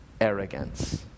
Arrogance